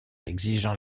exigeant